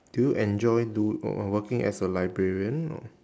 do you enjoy do~ uh w~ working as a librarian or